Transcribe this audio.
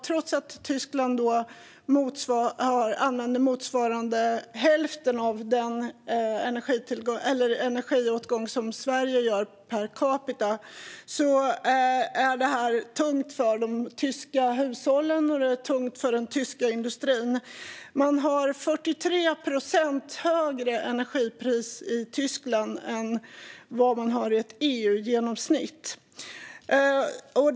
Trots att Tyskland per capita har motsvarande hälften av den energiåtgång som Sverige har är detta tungt för de tyska hushållen och den tyska industrin. I Tyskland är energipriset 43 procent högre än EU-genomsnittet.